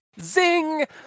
Zing